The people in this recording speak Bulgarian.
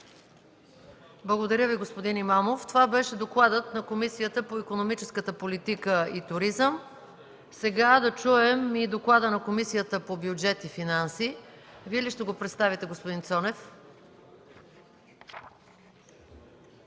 Благодаря Ви, господин Имамов. Това беше докладът на Комисията по икономическа политика и туризъм. Сега да чуем и доклада на Комисията по бюджет и финанси. Вие ли ще го представите, господин Цонев?